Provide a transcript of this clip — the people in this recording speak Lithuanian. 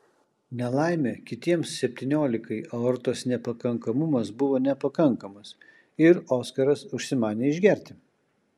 nelaimė kitiems septyniolikai aortos nepakankamumas buvo nepakankamas ir oskaras užsimanė išgerti